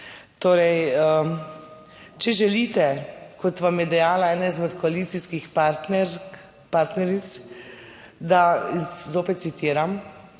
Torej če želite, kot vam je dejala ena izmed koalicijskih partneric, da zopet citiram: